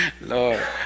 Lord